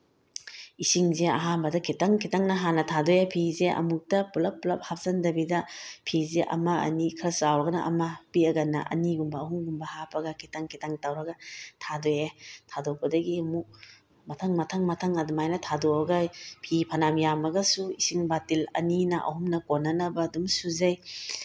ꯏꯁꯩꯁꯦ ꯑꯍꯥꯟꯕꯗ ꯈꯤꯇꯪ ꯈꯤꯇꯪꯅ ꯍꯥꯟꯅ ꯊꯥꯗꯣꯛꯑꯦ ꯐꯤꯁꯦ ꯑꯃꯨꯛꯇ ꯄꯨꯂꯞ ꯄꯨꯂꯞ ꯍꯥꯞꯆꯟꯗꯕꯤꯗ ꯐꯤꯁꯦ ꯑꯃ ꯑꯅꯤ ꯈꯔ ꯆꯥꯎꯔꯒꯅ ꯑꯃ ꯄꯤꯛꯑꯒꯅ ꯑꯅꯤꯒꯨꯝꯕ ꯑꯍꯨꯝꯒꯨꯝꯕ ꯍꯥꯞꯄꯒ ꯈꯤꯇꯪ ꯈꯤꯇꯪ ꯇꯧꯔꯒ ꯊꯥꯗꯣꯛꯑꯦ ꯊꯥꯗꯣꯛꯄꯗꯒꯤ ꯑꯃꯨꯛ ꯃꯊꯪ ꯃꯊꯪ ꯃꯊꯪ ꯑꯗꯨꯃꯥꯏꯅ ꯊꯥꯗꯣꯛꯑꯒ ꯐꯤ ꯐꯅꯥꯌꯥꯝ ꯌꯥꯝꯃꯒꯁꯨ ꯏꯁꯤꯡ ꯕꯥꯜꯇꯤꯟ ꯑꯅꯤꯅ ꯑꯍꯨꯝꯅ ꯀꯣꯟꯅꯅꯕ ꯑꯗꯨꯝ ꯁꯨꯖꯩ